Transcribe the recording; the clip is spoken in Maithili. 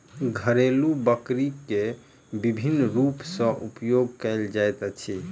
घरेलु बकरी के विभिन्न रूप सॅ उपयोग कयल जाइत अछि